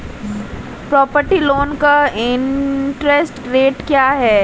Property loan का interest rate क्या है?